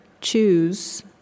choose